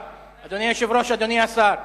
אדוני השר,